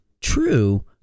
true